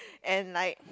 and like